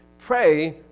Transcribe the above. pray